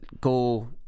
go